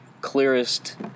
clearest